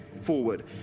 forward